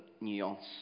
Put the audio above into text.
nuance